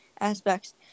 aspects